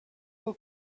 will